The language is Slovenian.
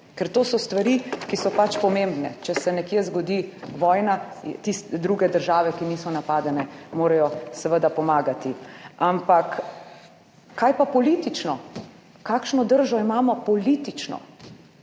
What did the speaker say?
ker to so stvari, ki so pač pomembne. Če se nekje zgodi vojna, tiste druge države, ki niso napadene, morajo seveda pomagati. Ampak kaj pa politično, kakšno držo imamo politično?